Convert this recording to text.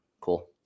cool